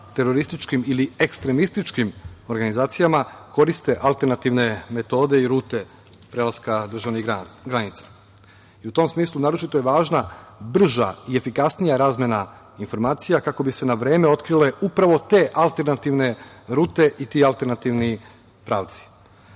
terorističkim ili ekstremističkim organizacijama koriste alternativne metode i rute prelaska državnih granica i u tom smislu naročito je važna brža i efikasnija razmena informacija kako bi se na vreme otkrile upravo te alternativne rute i ti alternativni pravci. Ovde